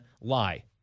lie